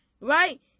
right